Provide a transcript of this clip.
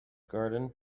garden